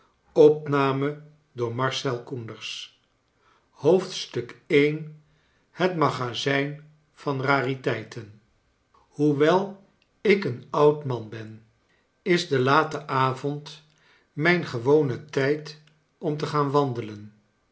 het magazijn van rariteiten hoewel ik een oud man ben is de late avond mijn gewone tijd om te gaan wandelen